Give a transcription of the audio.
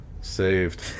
saved